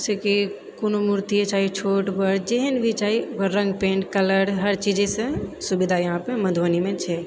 जेनाकि कोनो मूर्तिए चाही छोट बड़ जेहन भी चाही ओकर रङ्ग पेन्ट कलर हर चीजजैसे सुविधा यहाँपर मधुबनीमे छै कलाभवनके पास बहुत सारा मूर्ति भी बनै छै जेनाकि अहाँके लैके रहत सब चीज